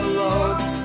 loads